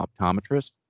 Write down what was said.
optometrist